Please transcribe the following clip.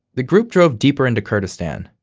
the group drove deeper into kurdistan,